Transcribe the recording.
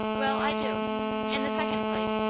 well, i do in the second place,